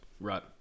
right